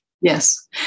Yes